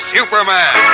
Superman